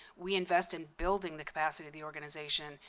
we invest in building the capacity of the organization.